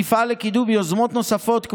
נפעל לקידום יוזמות נוספות,